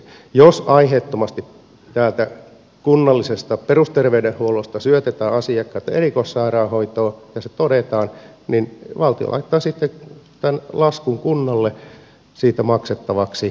jos aiheettomasti täältä kunnallisesta perusterveydenhuollosta syötetään asiakkaita erikoissairaanhoitoon ja se todetaan niin valtio laittaa sitten laskun kunnalle siitä maksettavaksi